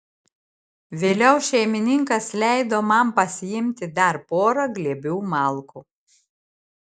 vėliau šeimininkas leido man pasiimti dar porą glėbių malkų